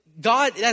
God